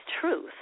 truth